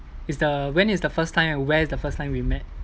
is the when is the first time and where the first time we met